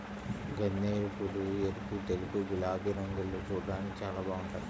గన్నేరుపూలు ఎరుపు, తెలుపు, గులాబీ రంగుల్లో చూడ్డానికి చాలా బాగుంటాయ్